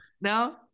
No